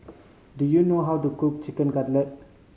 do you know how to cook Chicken Cutlet